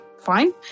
fine